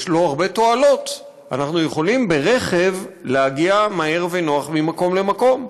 יש לו הרבה תועלות: אנחנו יכולים להגיע מהר ונוח ממקום למקום ברכב,